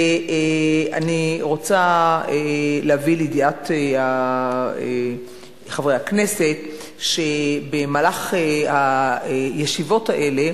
אני רוצה להביא לידיעת חברי הכנסת שבמהלך הישיבות האלה